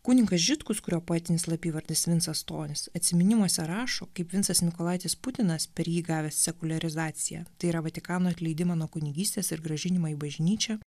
kunigas žitkus kurio poetinis slapyvardis vincas stonis atsiminimuose rašo kaip vincas mykolaitis putinas per jį gavęs sekuliarizaciją tai yra vatikano atleidimą nuo kunigystės ir grąžinimą į bažnyčią